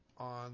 On